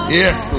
yes